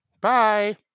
Bye